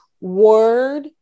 word